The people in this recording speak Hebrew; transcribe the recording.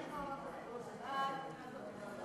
החוק התקבל בקריאה ראשונה ויועבר לדיון בוועדת